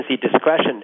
discretion